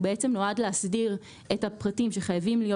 הוא נועד להסדיר את הפרטים שחייבים להיות